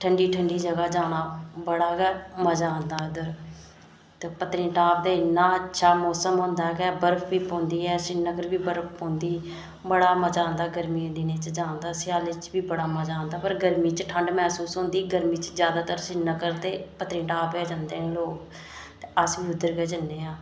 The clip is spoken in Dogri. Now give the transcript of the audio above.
ठंडी ठंडी जगह जाना बड़ा गै मज़ा आंदा उद्धर ते पत्तनीटाप इन्ना अच्छा मौसम होंदा गै ते बर्फ बी पौंदी ऐ ते सिरीनगर बी बर्फ पौंदी बड़ा मज़ा आंदा गर्मियें दिनें च जान दा ते स्यालै च बी बड़ा मज़ा आंदा पर गर्मियें च ठंड महसूस होंदी गर्मी च जादैतर सिरीनगर ते पत्तनीटाप गै जंदे न लोग ते अस बी उद्धर गै जन्ने आं